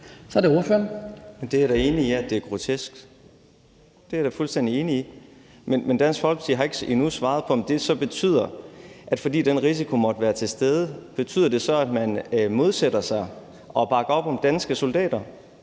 (S): Det er jeg da enig i er grotesk. Det er jeg da fuldstændig enig i. Men Dansk Folkeparti har endnu ikke svaret på, om det så betyder, at fordi den risiko måtte være til stede, modsætter man sig at bakke op om danske soldater